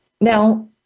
Now